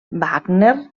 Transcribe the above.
wagner